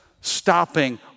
stopping